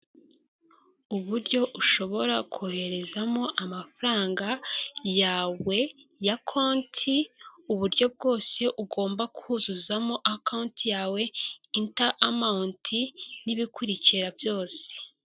Iduka rinini ririmo ibijyanye n'ibyombo byinshi, harimo n'abantu abagurisha ibyo bintu, n'abandi baje kugura ibyo bintu birimwo muri iryo duka.